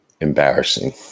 embarrassing